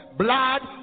blood